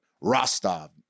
Rostov